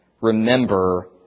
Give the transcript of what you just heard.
Remember